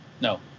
No